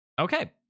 okay